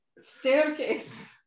staircase